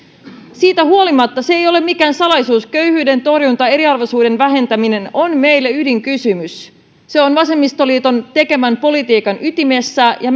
siitä huolimatta se ei ole mikään salaisuus että köyhyyden torjunta ja eriarvoisuuden vähentäminen on meille ydinkysymys se on vasemmistoliiton tekemän politiikan ytimessä ja